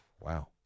wow